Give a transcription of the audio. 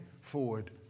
forward